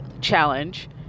challenge